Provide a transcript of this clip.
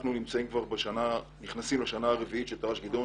אנחנו נכנסים כבר לשנה הרביעית של תר"ש גדעון.